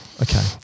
Okay